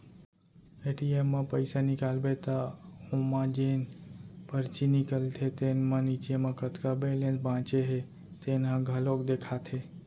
ATM म पइसा निकालबे त ओमा जेन परची निकलथे तेन म नीचे म कतका बेलेंस बाचे हे तेन ह घलोक देखाथे